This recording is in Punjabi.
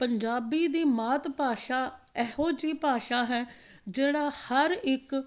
ਪੰਜਾਬੀ ਦੀ ਮਾਤ ਭਾਸ਼ਾ ਇਹੋ ਜਿਹੀ ਭਾਸ਼ਾ ਹੈ ਜਿਹੜਾ ਹਰ ਇੱਕ